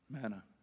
Manna